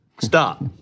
stop